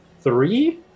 three